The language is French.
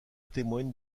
témoigne